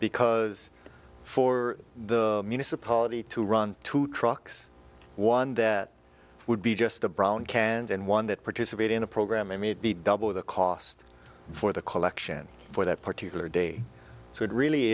because for the municipality to run two trucks one that would be just the brown cans and one that participate in a program i mean be double the cost for the collection for that particular day so it really